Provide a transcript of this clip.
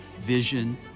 vision